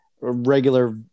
regular